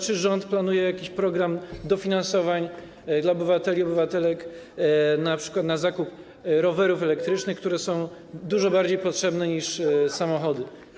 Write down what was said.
Czy rząd planuje jakiś program dofinansowań dla obywateli i obywatelek np. na zakup rowerów elektrycznych, które są dużo bardziej potrzebne niż samochody?